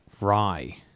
rye